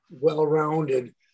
well-rounded